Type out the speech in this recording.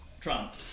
Trump